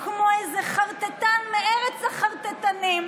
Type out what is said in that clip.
כמו איזה חרטטן מארץ החרטטנים,